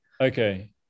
Okay